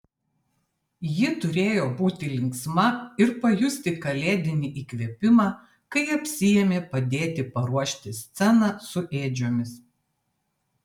ji turėjo būti linksma ir pajusti kalėdinį įkvėpimą kai apsiėmė padėti paruošti sceną su ėdžiomis